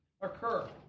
occur